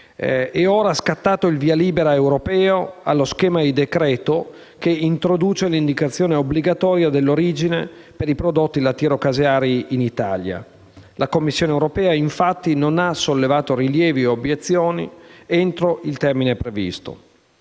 È ora scattato il via libera europeo allo schema di decreto che introduce l'indicazione obbligatoria dell'origine per i prodotti lattiero-caseari in Italia. La Commissione europea, infatti, non ha sollevato rilievi o obiezioni entro il termine previsto.